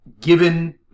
given